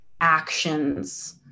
actions